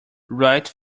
write